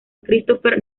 christopher